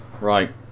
right